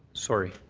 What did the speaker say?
sorry.